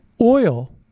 oil